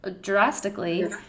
drastically